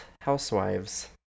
Housewives